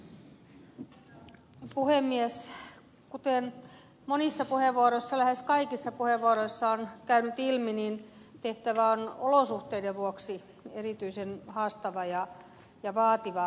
kuten monissa puheenvuoroissa lähes kaikissa puheenvuoroissa on käynyt ilmi niin tehtävä on olosuhteiden vuoksi erityisen haastava ja vaativa